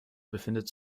befindet